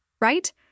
right